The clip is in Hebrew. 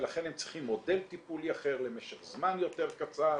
ולכן הם צריכים מודל טיפולי אחר למשך זמן יותר קצר